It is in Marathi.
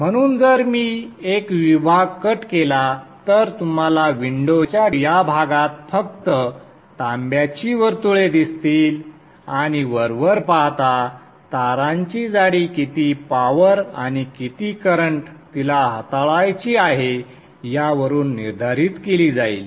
म्हणून जर मी एक विभाग कट केला तर तुम्हाला विंडो च्या भागात फक्त तांब्याची वर्तुळे दिसतील आणि वरवर पाहता तारांची जाडी किती पॉवर आणि किती करंट तिला हाताळायची आहे यावरून निर्धारित केली जाईल